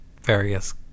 various